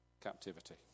captivity